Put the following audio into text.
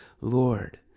Lord